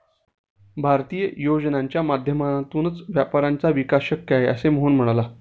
भारतीय योजनांच्या माध्यमातूनच व्यापाऱ्यांचा विकास शक्य आहे, असे मोहन म्हणाला